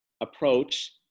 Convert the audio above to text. approach